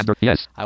Yes